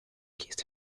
kissed